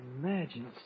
Imagine